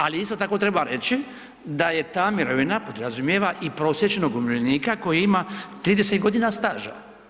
Ali isto tako treba reći da ta mirovina podrazumijeva i prosječnog umirovljenika koji ima 30 godina staža.